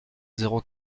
zéro